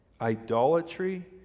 idolatry